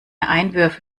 einwürfe